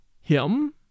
Him